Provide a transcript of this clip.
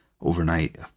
overnight